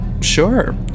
Sure